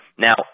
Now